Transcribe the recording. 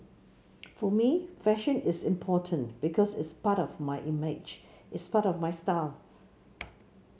for me fashion is important because it's part of my image it's part of my style